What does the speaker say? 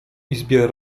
izbie